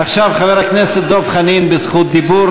עכשיו חבר הכנסת דב חנין ברשות דיבור.